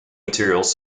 materials